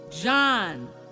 John